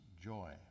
joy